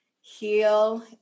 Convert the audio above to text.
heal